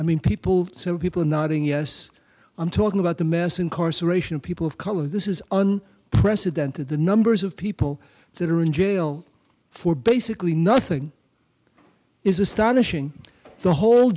i mean people so people nodding yes i'm talking about the mass incarceration of people of color this is on president of the numbers of people that are in jail for basically nothing is astonishing the whole